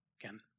Again